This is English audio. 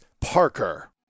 Parker